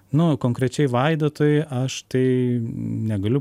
nu konkrečiai vaidotui aš tai negaliu